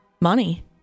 money